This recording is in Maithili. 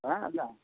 हँ